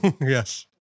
Yes